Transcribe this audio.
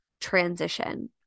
transition